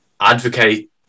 advocate